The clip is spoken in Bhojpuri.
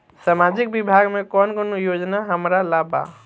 सामाजिक विभाग मे कौन कौन योजना हमरा ला बा?